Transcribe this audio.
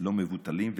לא מבוטלים.